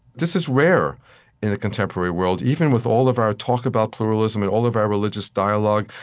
this is rare in the contemporary world. even with all of our talk about pluralism and all of our religious dialogue,